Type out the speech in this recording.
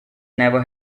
never